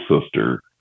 sister